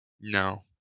No